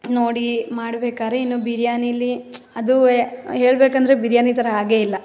ನೋಡಿ ಮಾಡ್ಬೇಕಾದ್ರೆ ಇನ್ನೂ ಬಿರಿಯಾನಿಲಿ ಅದೂ ಹೇಳಬೇಕಂದ್ರೆ ಬಿರಿಯಾನಿ ಥರ ಆಗೇ ಇಲ್ಲ